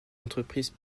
entreprises